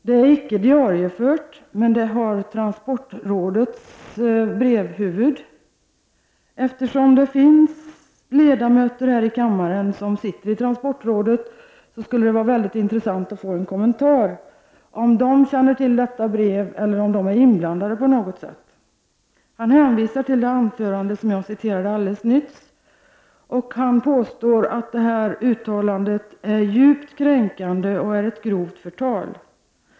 Det är icke diariefört, men det har transportrådets brevhuvud. Eftersom det finns ledamöter här i kammaren som sitter med i transportrådet, vore det intressant att få en kommentar om de känner till detta brev eller om de på något sätt är inblandade. Claes-Eric Norrbom hänvisar till det anförande ur vilket jag citerade alldeles nyss och påstår att uttalandet är djupt kränkande och grovt förtal.